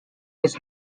his